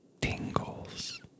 tingles